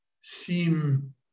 seem